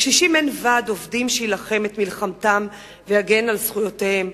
לקשישים אין ועד עובדים שיילחם את מלחמתם ויגן על זכויותיהם.